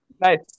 Nice